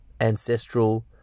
ancestral